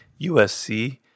USC